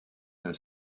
her